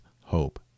hope